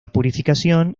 purificación